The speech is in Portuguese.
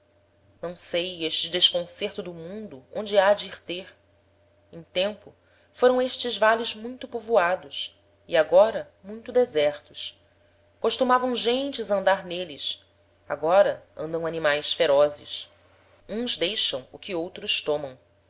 não sei este desconcerto do mundo onde hade ir ter em tempo foram estes vales muito povoados e agora muito desertos costumavam gentes andar n'êles agora andam animaes ferozes uns deixam o que outros tomam